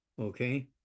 Okay